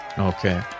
okay